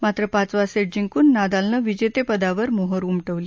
मात्र पाचवा सेट जिंकून नदालनं विजेतेपदावर मोहोर उमटवली